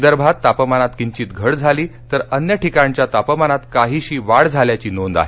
विदर्भात तापमानात किंचित घट झाली तर अन्य ठिकाणच्या तापमानात काहीशी वाढ झाल्याची नोंद आहे